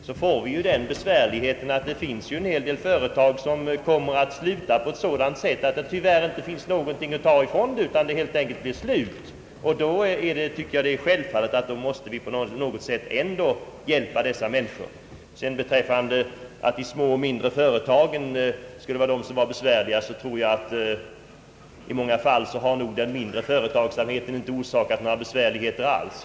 Här får vi räkna med den besvärligheten att en hel del företag kommer att sluta på sådant sätt, att det tyvärr inte finns något att ta från dem; allting blir helt enkelt slut. Och då anser jag det självklart att vi på något sätt måste hjälpa dem som blir arbetslösa. Att de mindre och de små företagen skulle vara besvärligast är en uppfattning som jag inte delar. I många fall torde den mindre företagsamheten inte ha orsakat några besvärligheter alls.